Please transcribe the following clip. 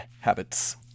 habits